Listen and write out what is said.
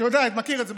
אתה מכיר את זה.